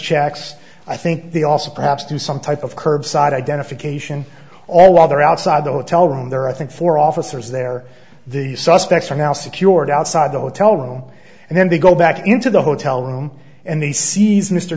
checks i think they also perhaps do some type of curbside identification all other outside the hotel room there i think for officers there the suspects are now secured outside the hotel room and then they go back into the hotel room and they se